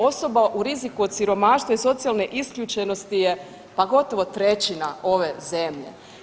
Osoba u riziku od siromaštva i socijalne isključenosti je pa gotovo trećina ove zemlje.